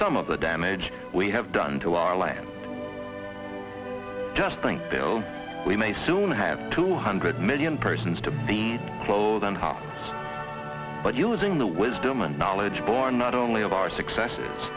some of the damage we have done to our land just think though we may soon have two hundred million persons to buy the clothes on her but using the wisdom and knowledge born not only of our successes